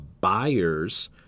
buyers